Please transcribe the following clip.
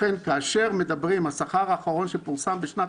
לכן כאשר מדברים על השכר האחרון שפורסם בשנת